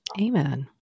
Amen